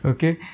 Okay